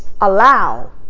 allow